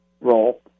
role